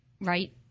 right